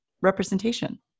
representation